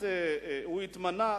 כשהוא התמנה,